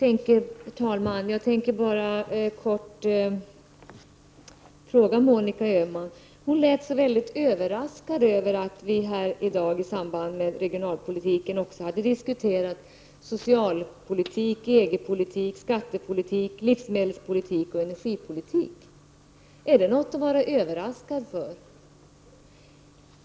Herr talman! Monica Öhman lät så överraskad över att vi i dag i samband med diskussionen om regionalpolitiken också har diskuterat socialpolitik, EG-politik, skattepolitik, livsmedelspolitik och energipolitik. Är det något att vara överraskad över?